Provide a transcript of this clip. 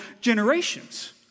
generations